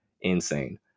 insane